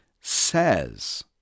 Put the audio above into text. says